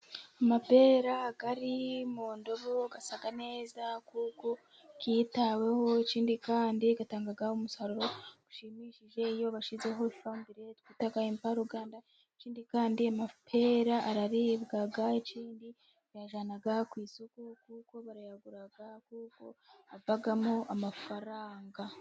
Amapera ari mu ndobo asa neza kuko yitaweho, ikindi kandi agatanga umusaruro ushimishije iyo bashyizeho ifumbire twita imvaruganda, ikindi kandi amapera araribwa, ikindi bayajyana ku isoko, kuko barayagura kuko avamo amafaranga.